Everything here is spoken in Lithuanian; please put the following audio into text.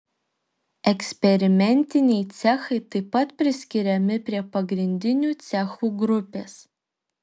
eksperimentiniai cechai taip pat priskiriami prie pagrindinių cechų grupės